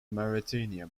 mauritania